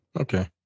okay